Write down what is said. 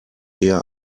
eher